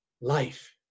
life